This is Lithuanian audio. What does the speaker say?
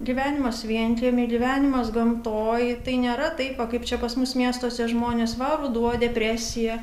gyvenimas vienkiemy gyvenimas gamtoj tai nėra taip va kaip čia pas mus miestuose žmonės va ruduo depresija